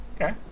okay